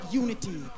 unity